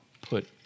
put